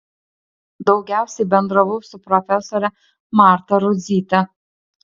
daugiausiai bendravau su profesore marta rudzyte